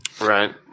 right